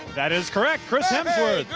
that is correct. chris hemsworth.